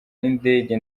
n’indege